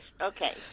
Okay